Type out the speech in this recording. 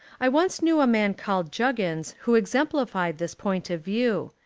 i once knew a man called juggins who ex emphfied this point of view.